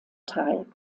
teil